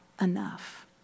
enough